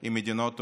עם מדינות העולם,